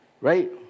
right